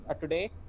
today